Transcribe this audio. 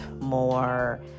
more